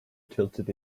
tilted